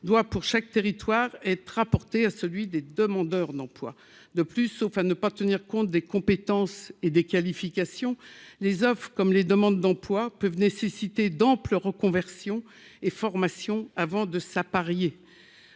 doit, pour chaque territoire et rapporté à celui des demandeurs d'emploi de plus, sauf à ne pas tenir compte des compétences et des qualifications, les offres comme les demandes d'emploi peuvent nécessiter d'ampleur reconversion et formation avant de s'appareiller,